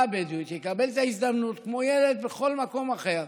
הבדואית יקבל את ההזדמנות כמו ילד בכל מקום אחר,